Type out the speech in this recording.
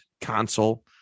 console